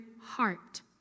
heart